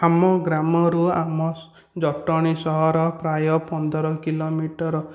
ଆମ ଗ୍ରାମ ରୁ ଆମ ଜଟଣୀ ସହର ପ୍ରାୟ ପନ୍ଦର କିଲୋମିଟର